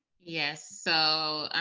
yes. so,